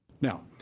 Now